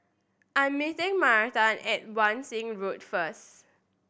I'm meeting Myrta at Wan Shih Road first